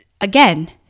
again